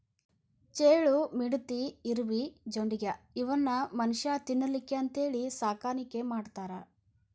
ಚೇಳು, ಮಿಡತಿ, ಇರಬಿ, ಜೊಂಡಿಗ್ಯಾ ಇವನ್ನು ಮನುಷ್ಯಾ ತಿನ್ನಲಿಕ್ಕೆ ಅಂತೇಳಿ ಸಾಕಾಣಿಕೆ ಮಾಡ್ತಾರ